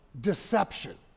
deception